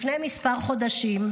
לפני כמה חודשים,